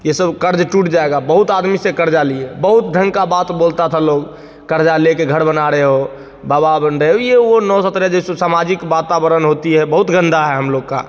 ये सब क़र्ज़ टूट जाएगा बहुत आदमी से क़र्ज़ा लिए बहुत ढंग का बात बोलता था लोग क़र्ज़ा लेके घर बना रहे हो बाबा बन रहे हो ये वो नौ सत्रह जैसे सामाजिक वातावरण होती है बहुत गंदा है हम लोग का